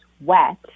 wet